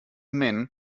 men